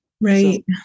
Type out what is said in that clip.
Right